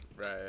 Right